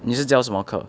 你是教什么课